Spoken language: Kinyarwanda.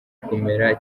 kumera